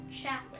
chat